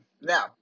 Now